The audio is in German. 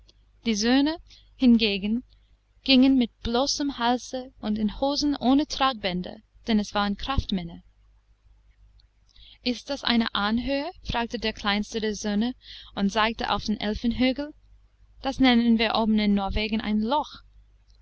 die söhne hingegen gingen mit bloßem halse und in hosen ohne tragbänder denn es waren kraftmänner ist das eine anhöhe fragte der kleinste der söhne und zeigte auf den elfenhügel das nennen wir oben in norwegen ein loch